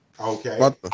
Okay